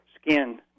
skin